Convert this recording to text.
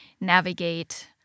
navigate